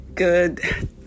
Good